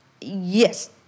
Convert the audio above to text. Yes